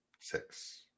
Six